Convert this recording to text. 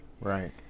right